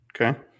Okay